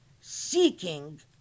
seeking